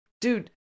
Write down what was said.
dude